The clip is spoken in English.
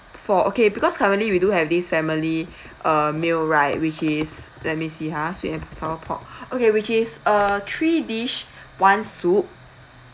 four okay because currently we do have this family uh meal right which is let me see ha sweet and sour pork okay which is uh three dish one soup